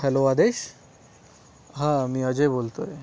hello Aadesh हां मी अजय बोलत आहे